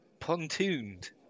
Pontooned